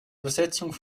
übersetzung